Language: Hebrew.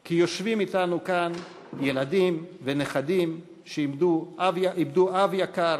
כי יושבים אתנו כאן ילדים ונכדים שאיבדו אב יקר